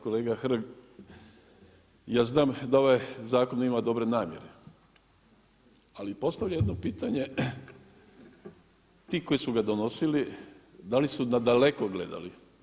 Kolega Hrg, ja znam da ovaj zakon ima dobre namjere ali postavlja jedno pitanje ti koji su ga donosili da li su na daleko gledali.